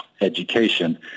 education